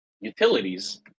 utilities